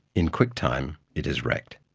in quick time it is wrecked.